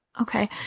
okay